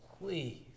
please